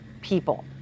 people